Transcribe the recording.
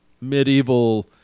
medieval